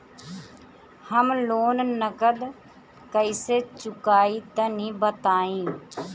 हम लोन नगद कइसे चूकाई तनि बताईं?